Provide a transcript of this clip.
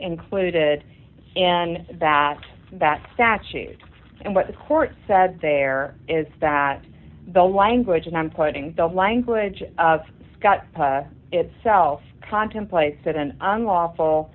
included in that that statute and what the court said there is that the language and i'm quoting the language of scott itself contemplates that an unlawful